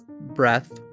breath